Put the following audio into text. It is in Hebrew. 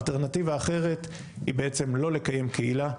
האלטרנטיבה האחרת היא בעצם לא לקיים קהילה,